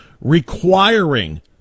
requiring